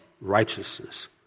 righteousness